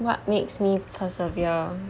what makes me persevere